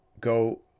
go